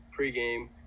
pregame